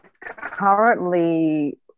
currently